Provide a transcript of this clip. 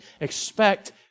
Expect